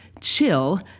Chill